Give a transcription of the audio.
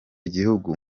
gihugu